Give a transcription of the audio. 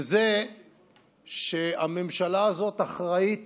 וזה שהממשלה הזאת אחראית